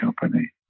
company